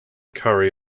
curry